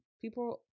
people